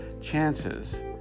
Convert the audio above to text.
chances